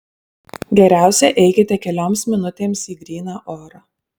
geriausia eikite kelioms minutėms į gryną orą